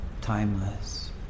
timeless